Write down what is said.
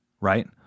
right